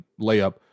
layup